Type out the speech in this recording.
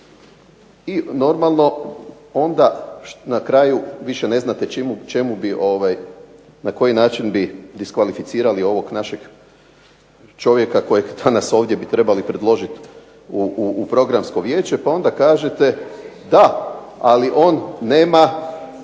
I normalno onda na kraju više ne znate čemu bi, na koji način bi diskvalificirali ovog našeg čovjeka kojeg danas ovdje bi trebali predložiti u Programsko vijeće, pa onda kažete, da ali on nema